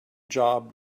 job